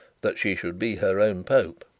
that she should be her own pope.